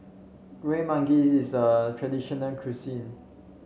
Kueh Manggis is a traditional cuisine